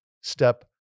step